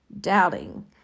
doubting